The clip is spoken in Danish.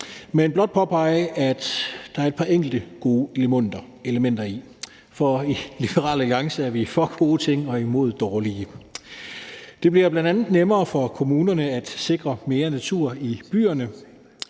vil blot påpege, at der er et par enkelte gode elementer deri, og i Liberal Alliance er vi for gode ting og imod dårlige. Det bliver bl.a. nemmere for kommunerne at sikre mere natur i byerne,